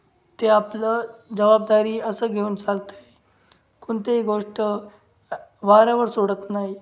ते आपलं जबाबदारी असं घेऊन चालतं आहे कोणतेही गोष्ट वाऱ्यावर सोडत नाही